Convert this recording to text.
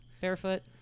Barefoot